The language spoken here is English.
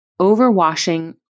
Overwashing